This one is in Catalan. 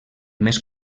més